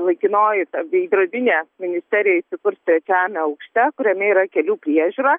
laikinoji ta veidrodinė ministerija įsikurs trečiajame aukšte kuriame yra kelių priežiūra